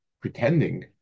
pretending